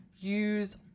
Use